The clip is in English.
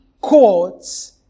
courts